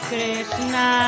Krishna